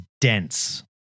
dense